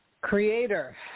Creator